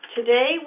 Today